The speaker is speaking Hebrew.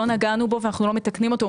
לא נגענו בו ואנחנו לא מתקנים אותו.